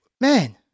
man